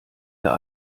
der